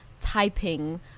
typing